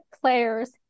players